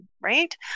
right